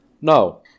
No